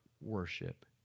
worship